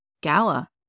Gala